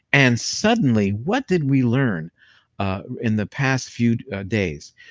and suddenly, what did we learn in the past few days?